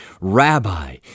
Rabbi